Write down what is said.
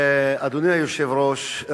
אדוני היושב-ראש,